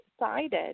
excited